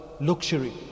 luxury